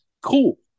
Cool